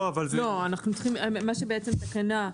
חשבונות חשמל יוצאים פעם בחודשיים.